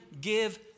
give